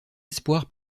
espoirs